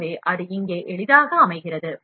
எனவே அது இங்கே எளிதாக அமைகிறது